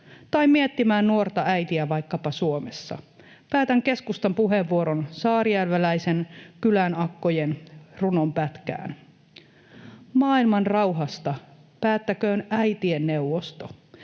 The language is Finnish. tai miettimään nuorta äitiä vaikkapa Suomessa. Päätän keskustan puheenvuoron saarijärveläiseen kylänakkojen runonpätkään: ”Maailmanrauhasta päättäköön äitien neuvosto.